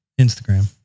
Instagram